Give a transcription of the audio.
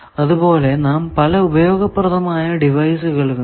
അതുപോലെ നാം പല ഉപയോഗപ്രദമായ ഡിവൈസുകൾ കണ്ടു